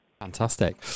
Fantastic